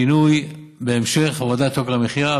יש שינוי בהמשך הורדת יוקר המחיה,